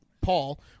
Paul